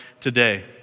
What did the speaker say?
today